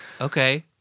Okay